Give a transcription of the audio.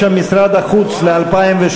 אנחנו עוברים לסעיף 09, משרד החוץ, ל-2013.